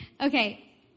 Okay